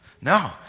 No